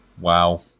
Wow